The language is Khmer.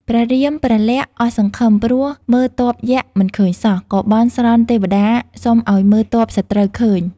ព្រះរាម ព្រះលក្សណ៍អស់សង្ឃឹម ព្រោះមើលទ័ពយក្សមិនឃើញសោះ ក៏បន់ស្រន់ទេវតាសុំឱ្យមើលទ័ពសត្រូវឃើញ។